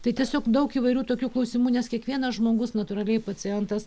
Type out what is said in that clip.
tai tiesiog daug įvairių tokių klausimų nes kiekvienas žmogus natūraliai pacientas